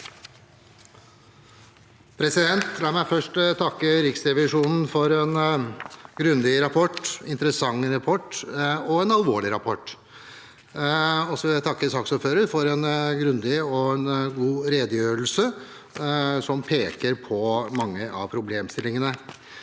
La meg først takke Riksrevisjonen for en grundig, interessant og alvorlig rapport. Jeg vil også takke saksordføreren for en grundig og god redegjørelse som peker på mange av problemstillingene.